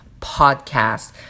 PODCAST